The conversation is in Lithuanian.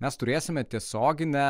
mes turėsime tiesioginę